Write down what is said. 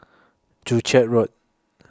Joo Chiat Road